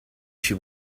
she